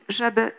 żeby